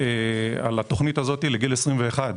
על התוכנית הזאת לגיל 21,